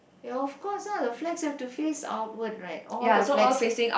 ya of course lah the flags have to face outwards right all the flags